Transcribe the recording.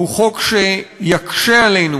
לא, הצבעתי במקום אלעזר.